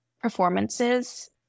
performances